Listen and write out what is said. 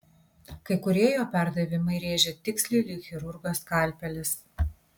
kai kurie jo perdavimai rėžė tiksliai lyg chirurgo skalpelis